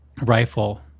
rifle